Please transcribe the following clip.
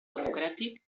democràtic